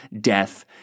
death